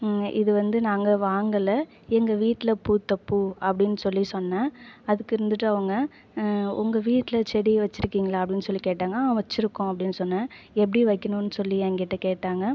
இது வந்து நாங்கள் வாங்கலை எங்கள் வீட்டில் பூத்த பூ அப்படின் சொல்லி சொன்னேன் அதுக்கு வந்துட்டு அவங்க உங்கள் வீட்டில் செடி வச்சிருக்கிங்களா அப்படின் சொல்லி கேட்டாங்க வச்சுருக்கோம் அப்படின் சொன்னேன் எப்படி வைக்கணுன் சொல்லி என்கிட்ட கேட்டாங்க